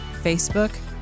Facebook